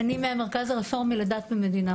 אני מהמרכז הרפורמי לדת ומדינה.